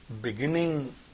beginning